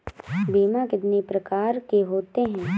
बीमा कितनी प्रकार के होते हैं?